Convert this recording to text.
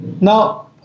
Now